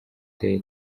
the